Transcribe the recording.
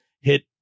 hit